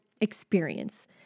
experience